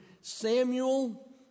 Samuel